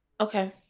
Okay